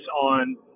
on